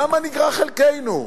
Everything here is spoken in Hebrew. למה נגרע חלקנו?